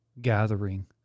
gathering